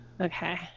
Okay